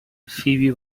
فیبی